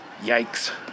yikes